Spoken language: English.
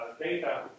data